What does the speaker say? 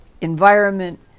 environment